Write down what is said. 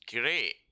great